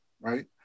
right